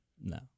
No